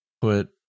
put